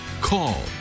call